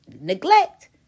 Neglect